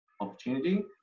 opportunity